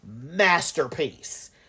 masterpiece